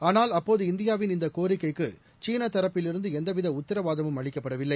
ஆளால் அப்போது இந்தியாவின் இந்த கோரிக்கைக்கு சீனத் தரப்பிலிருந்து எந்தவித உத்தரவாதமும் அளிக்கப்படவில்லை